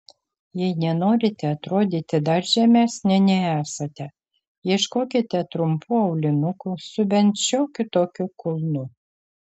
jei nenorite atrodyti dar žemesnė nei esate ieškokite trumpų aulinukų su bent šiokiu tokiu kulnu